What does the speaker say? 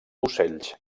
ocells